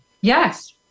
Yes